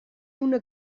una